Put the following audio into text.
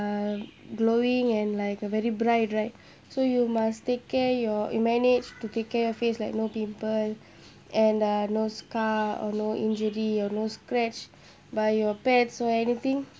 um glowing and like a very bright right so you must take care your you manage to take care your face like no pimple and uh no scar or no injury or no scratch by your pets or anything